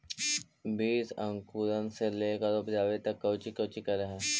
बीज अंकुरण से लेकर उपजाबे तक कौची कौची कर हो?